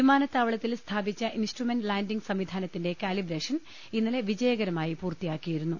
വിമാനത്താവള ത്തിൽ സ്ഥാപിച്ച ഇൻസ്ട്രുമെന്റ് ലാന്റിംഗ് സംവിധാനത്തിന്റെ കാലിബ്രേ ഷൻ ഇന്നലെ വിജയകരമായി പൂർത്തിയാക്കിയിരുന്നു